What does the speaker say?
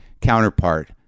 counterpart